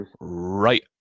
right